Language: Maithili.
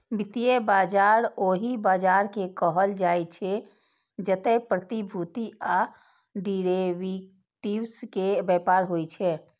वित्तीय बाजार ओहि बाजार कें कहल जाइ छै, जतय प्रतिभूति आ डिरेवेटिव्स के व्यापार होइ छै